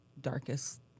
darkest